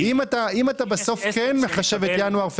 אם אתה בסוף כן מחשב את ינואר-פברואר,